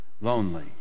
Lonely